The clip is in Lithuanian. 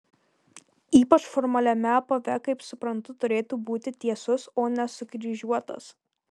ypač formaliame apave kaip suprantu turėtų būti tiesus o ne sukryžiuotas